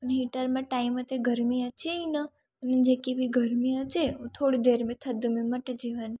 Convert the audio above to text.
heater में time ते गर्मी अचे ई न जेकी बि गर्मी अचे उहा थोरी देरि में थधि में मटिजी वञे